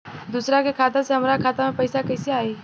दूसरा के खाता से हमरा खाता में पैसा कैसे आई?